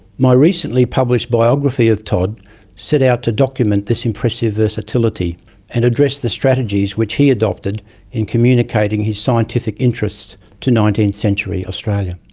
my recently published published biography of todd set out to document this impressive versatility and address the strategies which he adopted in communicating his scientific interests to nineteenth century australia.